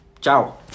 Ciao